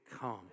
come